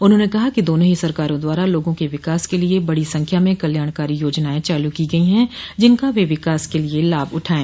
उन्होंने कहा कि दोनों ही सरकारों द्वारा लोगों के विकास के लिए बड़ी संख्या में कल्याणकारी योजनाएं चालू की गई है जिनका वे विकास के लिए लाभ उठाये